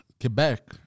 Quebec